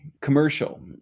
commercial